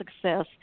success